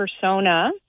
persona